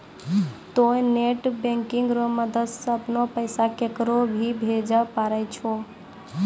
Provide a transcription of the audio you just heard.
तोंय net banking रो मदद से अपनो पैसा केकरो भी भेजै पारै छहो